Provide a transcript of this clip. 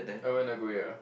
I went Nagoya